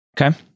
Okay